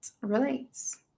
relates